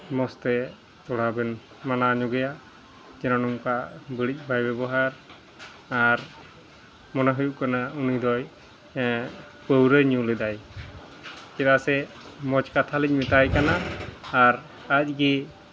ᱢᱚᱡᱽᱛᱮ ᱛᱷᱚᱲᱟᱵᱮᱱ ᱢᱟᱱᱟᱧᱚᱜᱮᱭᱟ ᱡᱮᱱᱚ ᱱᱚᱝᱠᱟ ᱵᱟᱹᱲᱤᱡ ᱵᱟᱭ ᱵᱮᱵᱚᱦᱟᱨ ᱟᱨ ᱢᱚᱱᱮ ᱦᱩᱭᱩᱜ ᱠᱟᱱᱟ ᱩᱱᱤᱫᱚᱭ ᱯᱟᱹᱣᱨᱟᱹᱭ ᱧᱩ ᱞᱮᱫᱟᱭ ᱪᱮᱫᱟᱜ ᱥᱮ ᱢᱚᱡᱽ ᱠᱟᱛᱷᱟᱞᱤᱧ ᱢᱮᱛᱟᱭ ᱠᱟᱱᱟ ᱟᱨ ᱟᱡᱜᱮ